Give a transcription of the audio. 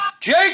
Jake